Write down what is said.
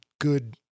good